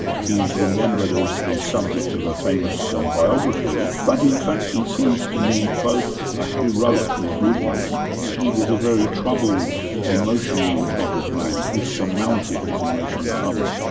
he's remembered as the subject of a famous um biography, but in fact he seems to me both a heroically good man he was a very troubled, an emotionally troubled man who surmounted his emotional troubles,